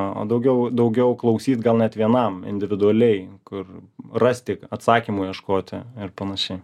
o daugiau daugiau klausyt gal net vienam individualiai kur rasti atsakymų ieškoti ir panašiai